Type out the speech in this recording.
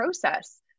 process